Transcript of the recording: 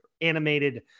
animated